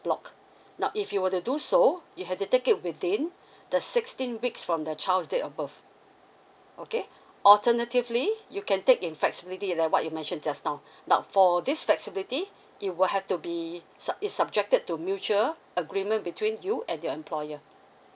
block now if you were to do so you have to take it within the sixteen weeks from the child's date of birth okay alternatively you can take in flexibility like what you mention just now now for this flexibility it will have to be sub~ is subjected to mutual agreement between you and your employer